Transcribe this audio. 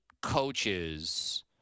coaches